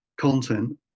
content